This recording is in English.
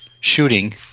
shooting